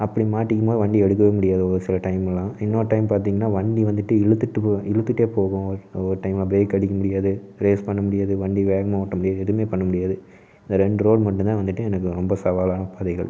அப்படி மாட்டிக்கும் போது வண்டி எடுக்கவே முடியாது ஒரு சில டைம்யெல்லாம் இன்னொரு டைம் பார்த்திங்கன்னா வண்டி வந்துட்டு இழுத்துட்டு போ இழுத்துட்டே போகும் ஒரு டைம் பிரேக் அடிக்க முடியாது ரைஸ் பண்ண முடியாது வண்டி வேகமாக ஓட்ட முடியாது எதுவுமே பண்ணமுடியாது இந்த ரெண்டு ரோடு மட்டும் தான் வந்துட்டு எனக்கு ரொம்ப சவாலான பாதைகள்